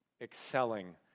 excelling